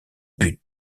buts